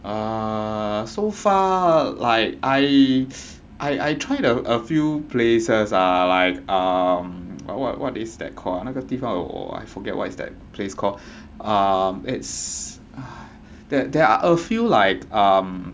err so far like I I I try a few places uh like uh what what what is that called 那个地方 I forget what's that place called um its there are a few like um